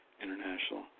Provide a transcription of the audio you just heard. International